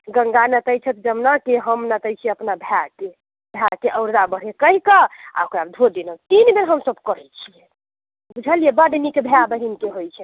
गङ्गा नोतैत छथि जमुनाके हम नोतैत छी अपना भायके भायके औरदा बढ़ै कहिके आ ओकरा धो देलहुँ तीन बेर हमसब करैत छियै बुझलियै बड नीक भाय बहिनके होइत छै